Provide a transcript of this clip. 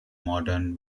modern